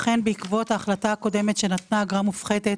ההחלטה הקודמת שנתנה אגרה מופחתת